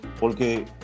porque